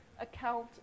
account